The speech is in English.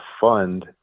fund